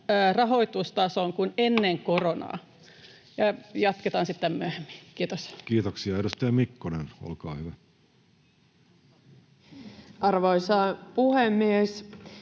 rahoitustasoon kuin ennen koronaa. Jatketaan sitten myöhemmin. — Kiitos. Kiitoksia. — Edustaja Mikkonen, olkaa hyvä. Arvoisa puhemies!